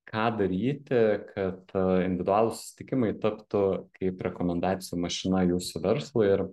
ką daryti kad individualūs susitikimai taptų kaip rekomendacijų mašina jūsų verslui ir